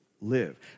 live